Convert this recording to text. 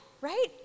right